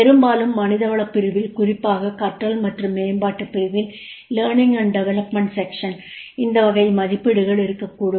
பெரும்பாலும் மனிதவளப் பிரிவில் குறிப்பாக கற்றல் மற்றும் மேம்பாட்டுப் பிரிவில் இந்த வகை மதிப்பீடுகள் இருக்கக்கூடும்